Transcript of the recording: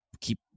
Keep